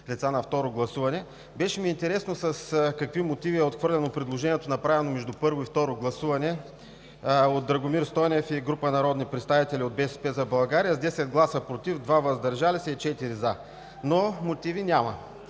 ми беше с какви мотиви е отхвърлено предложението, направено между първо и второ гласуване от Драгомир Стойнев и група народни представители от „БСП за България“ с 10 гласа „против“, 2 гласа „въздържали се“ и 4 гласа „за“. Но мотиви няма.